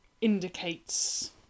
indicates